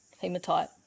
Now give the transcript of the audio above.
hematite